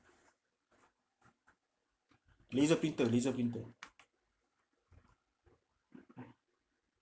laser printer laser printer